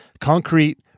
concrete